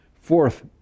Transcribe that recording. Fourth